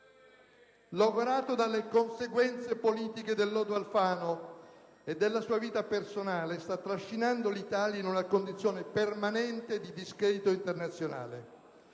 Logorato dalle conseguenze politiche del lodo Alfano e della sua vita personale, sta trascinando l'Italia in una condizione permanente di discredito internazionale.